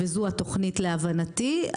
וזו התוכנית להבנתי,